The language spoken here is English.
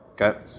okay